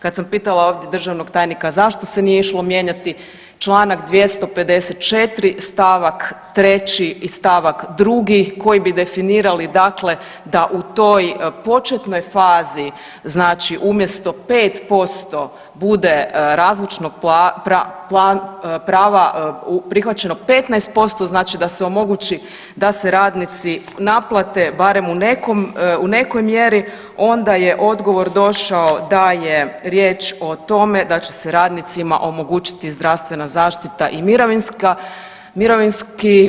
Kad sam pitala ovdje državnog tajnika zašto se nije išlo mijenjati Članak 254. stavak 3. i stavak 2., koji bi definirali dakle da u toj početnoj fazi znači umjesto 5% bude razlučnog prava prihvaćeno 15% znači da se omogući da se radnici naplate barem u nekom, u nekoj mjeri onda je odgovor došao da je riječ o tome da će se radnicima omogućiti zdravstvena zaštita i mirovinska, mirovinski.